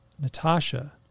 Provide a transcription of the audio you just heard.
Natasha